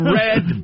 red